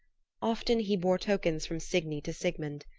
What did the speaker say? often he bore tokens from signy to sigmund.